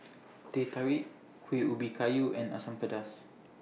Teh Tarik Kuih Ubi Kayu and Asam Pedas